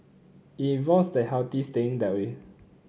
it involves the healthy staying that way